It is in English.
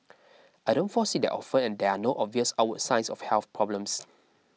I don't fall sick that often and there are no obvious outward signs of health problems